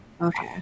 Okay